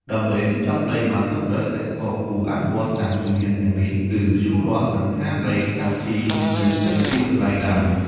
ដើម្បីរៀបចំដីបានត្រឹមត្រូវ កសិករគួរអនុវត្តតាមជំហានទាំងនេះគឺ ភ្ជួររាស់និងហាលដី ដាក់ជី និងគិតពីកន្លែងដាំ។